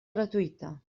gratuïta